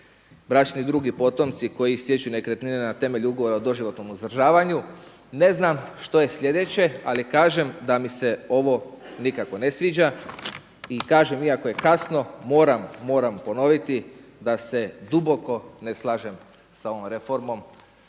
bračni drug i potomci koji stječu nekretnine na temelju ugovora o doživotnom uzdržavanju, ne znam što je sljedeće, ali kažem da mi se ovo nikako ne sviđa i kažem, iako je kasno moram ponoviti da se duboko ne slažem s ovom reformom,